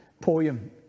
poem